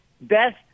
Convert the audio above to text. best